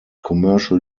commercial